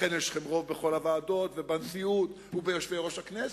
לכן יש לכם רוב בכל הוועדות ובנשיאות וביושבי-ראש הכנסת.